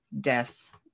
death